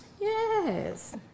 Yes